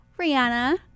Rihanna